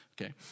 Okay